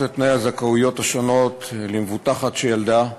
את תנאי הזכאויות השונות למבוטחת שילדה.